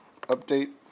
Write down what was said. update